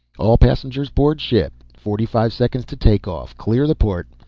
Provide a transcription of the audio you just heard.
all passengers board ship. forty-five seconds to take-off. clear the port.